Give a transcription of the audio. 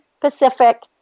Pacific